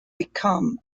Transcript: become